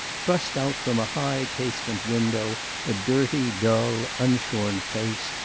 thrust out from a high casement window a dirty, dull, unshorn face,